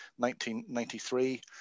1993